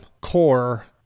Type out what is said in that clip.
Core